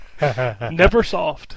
Neversoft